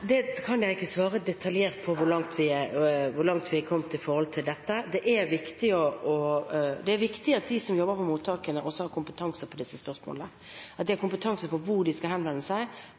Jeg kan ikke svare detaljert på hvor langt vi er kommet når det gjelder dette. Det er viktig at de som jobber på mottakene, har kompetanse på disse spørsmålene, at de har kompetanse på hvor de skal henvende seg,